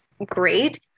great